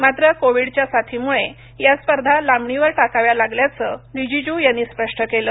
मात्र कोविडच्या साथीमुळे या स्पर्धा लांबणीवर टाकाव्या लागल्याचं रिजिजू यांनी स्पष्ट केलं